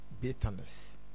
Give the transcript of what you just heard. bitterness